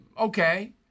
Okay